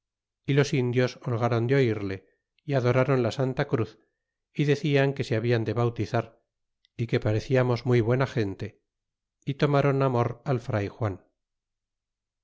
y los indios holgron de oirle y adorron la santa cruz é decian que se hablan de bautizar y que pareciamos muy buena gente y tomaron amor a fray juan